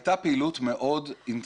לא,